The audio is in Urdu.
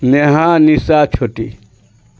نیہا نسا چھوٹی